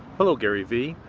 hello garyvee.